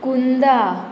कुंदा